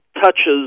touches